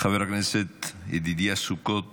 חבר הכנסת צבי ידידיה סוכות,